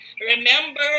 remember